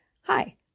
Hi